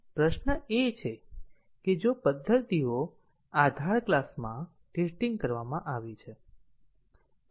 પ્રશ્ન એ છે કે જો પદ્ધતિઓ આધાર ક્લાસમાં ટેસ્ટીંગ કરવામાં આવી છે